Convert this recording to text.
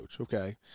Okay